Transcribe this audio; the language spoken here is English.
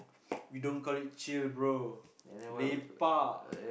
we don't call it chill bro lepak